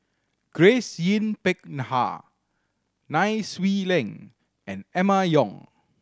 Grace Yin Peck Ha Nai Swee Leng and Emma Yong